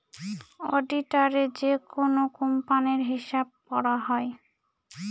অডিটারে যেকোনো কোম্পানির হিসাব করা হয়